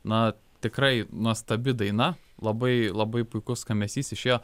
na tikrai nuostabi daina labai labai puikus skambesys išėjo